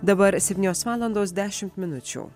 dabar septynios valandos dešimt minučių